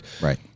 right